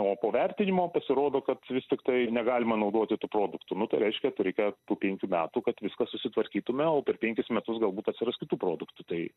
o po vertinimo pasirodo kad vis tiktai negalima naudoti tų produktų nu tai reiškia tai reikia tų penkių metų kad viską susitvarkytume o per penkis metus galbūt atsiras kitų produktų tai